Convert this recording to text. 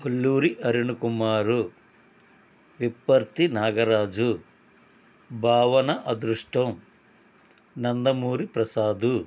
కొల్లూరి అరుణ్ కుమారు పిప్పర్తి నాగరాజు భావన అదృష్టం నందమూరి ప్రసాదు